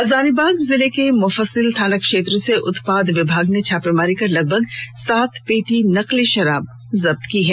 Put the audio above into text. हजारीबाग जिले के मुफस्सिल थानाक्षेत्र से उत्पाद विभाग ने छापेमारी कर लगभग सात पेटी नकली शराब जब्त की है